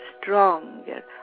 stronger